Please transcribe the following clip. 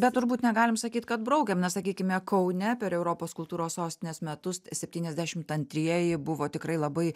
bet turbūt negalim sakyt kad braukiam nes sakykime kaune per europos kultūros sostinės metus septyniasdešimt antrieji buvo tikrai labai